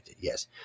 Yes